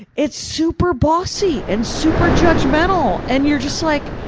it's super bossy! and super judgmental! and you're just like,